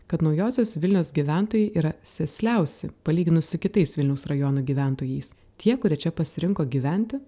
kad naujosios vilnios gyventojai yra sėsliausi palyginus su kitais vilniaus rajonų gyventojais tie kurie čia pasirinko gyventi